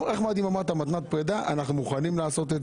אמרת מתנת פרידה אנחנו מוכנים לעשות את